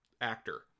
actor